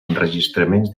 enregistraments